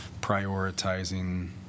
prioritizing